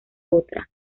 otra